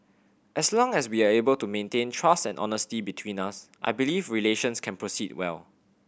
as long as we are able to maintain trust and honesty between us I believe relations can proceed well